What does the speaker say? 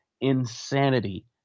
insanity